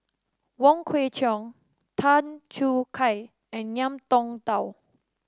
Wong Kwei Cheong Tan Choo Kai and Ngiam Tong Dow